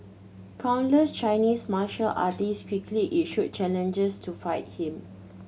countless Chinese martial artists quickly issued challenges to fight him